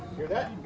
hear that?